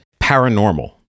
paranormal